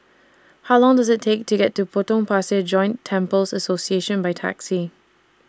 How Long Does IT Take to get to Potong Pasir Joint Temples Association By Taxi